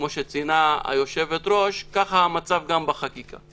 כפי שציינה היושבת-ראש, כך המצב גם בחקיקה.